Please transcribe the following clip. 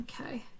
Okay